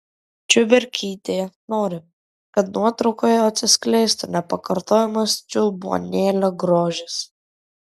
čiuberkytė nori kad nuotraukoje atsiskleistų nepakartojamas čiulbuonėlio grožis